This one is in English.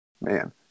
man